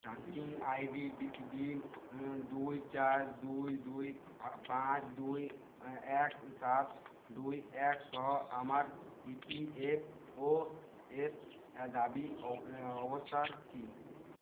tracking ID দুই চার দুই দুই পাঁচ দুই এক সাত দুই এক সহ আমার ই পি এফ ও এর দাবি অবস্থা কী